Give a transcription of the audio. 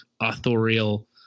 authorial